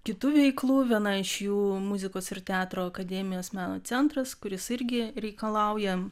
kitų veiklų viena iš jų muzikos ir teatro akademijos meno centras kuris irgi reikalauja